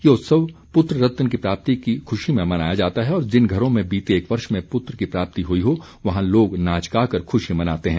ये उत्सव पुत्र रतन की प्राप्ति की खुशी में मनाया जाता है और जिन घरों में बीते एक वर्ष में पुत्र की प्राप्ति हुई है वहां लोग नाच गा कर खुशी मनाते हैं